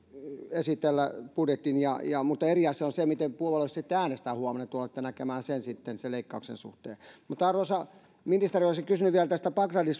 esitellä mutta eri asia on se miten puolue äänestää huomenna tulette näkemään sen sitten sen leikkauksen suhteen arvoisa ministeri olisin kysynyt vielä tästä bagdadin